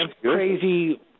crazy